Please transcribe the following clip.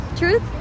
Truth